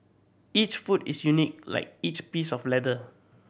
each foot is unique like each piece of leather